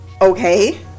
okay